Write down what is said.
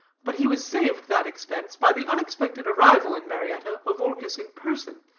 but he was saved that expense by the unexpected arrival in marietta of orchis in person,